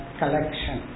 collection